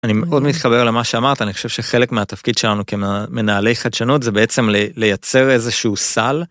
אני מאוד מתחבר למה שאמרת אני חושב שחלק מהתפקיד שלנו כמנהלי חדשנות זה בעצם לייצר איזשהו סל.